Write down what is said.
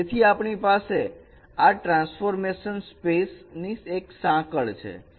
તેથી આપણી પાસે આ ટ્રાન્સફોર્મેશન સ્પેસ ની એક સાંકડ છે